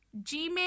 Gmail